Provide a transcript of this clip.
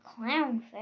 Clownfish